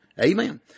Amen